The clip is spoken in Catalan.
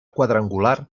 quadrangular